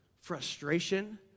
frustration